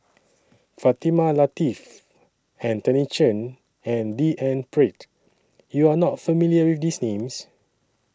Fatimah Lateef Anthony Chen and D N Pritt YOU Are not familiar with These Names